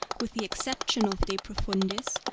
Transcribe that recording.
with the exception of de profundis,